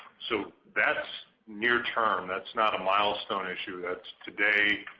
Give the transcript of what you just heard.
so that's near-term. that's not a milestone issue, that's today,